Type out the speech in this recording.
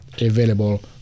available